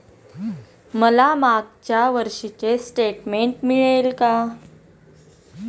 मला मागच्या वर्षीचे स्टेटमेंट मिळेल का?